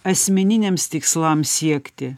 asmeniniams tikslams siekti